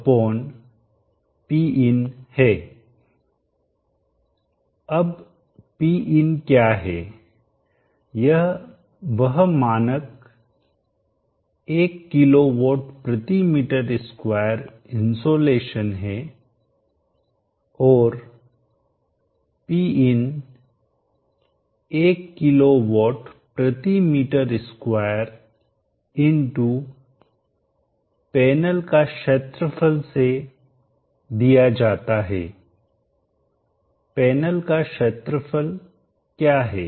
अब Pin क्या है यह वह मानक 1 किलोवाट प्रति मीटर स्क्वायर इनसोलेशन है और Pin 1 किलोवाट प्रति मीटर स्क्वायर पैनल का क्षेत्रफल से दिया जाता है पैनल का क्षेत्रफल क्या है